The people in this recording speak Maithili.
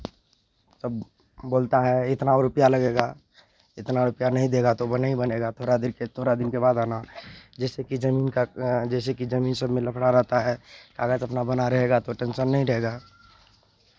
तब बोलता है इतना रुपैआ लगेगा इतना रुपैआ नहीं देगा तो नहीं बनेगा थोड़ा देर के थोड़ा दिन के बाद आना जैसेकि जमीन का जैसे कि जमीन सभमे लफड़ा रहता है कागज अपना बना रहेगा तो टेन्शन नहीं रहेगा